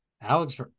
alex